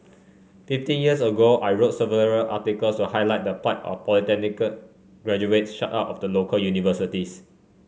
fifteen years ago I wrote several articles to highlight the plight of polytechnic graduates shut out of the local universities